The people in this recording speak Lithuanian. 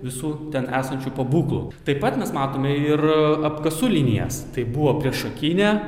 visų ten esančių pabūklų taip pat mes matome ir apkasų linijas tai buvo priešakinė